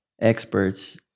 experts